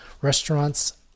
Restaurants